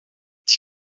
die